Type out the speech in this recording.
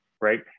right